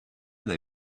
they